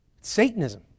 Satanism